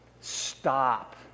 Stop